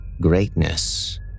greatness